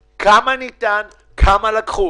גמלאים עובדים וחד-הוריות עובדות לא מקבלים